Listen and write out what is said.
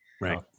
Right